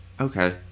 okay